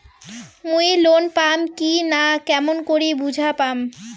মুই লোন পাম কি না কেমন করি বুঝা পাম?